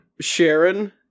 Sharon